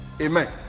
Amen